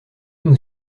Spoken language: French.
nous